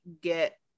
get